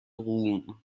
ruhm